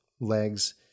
legs